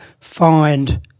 find